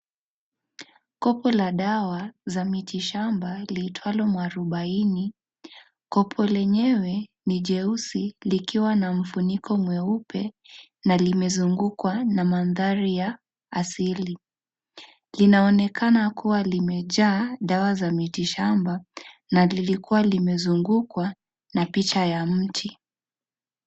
Kopo la dawa za miti shamba liitwalo muarubaini .Kopo lenyewe ni jeusi likiwa na mfuniko mweupe na limezungukwa na mandhari ya asili . Linaonekana kuwa limejaa dawa za miti shamba na lilikuwa limezungukwa na picha ya mti .